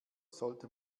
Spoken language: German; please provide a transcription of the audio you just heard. sollte